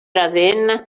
ravenna